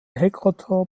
heckrotor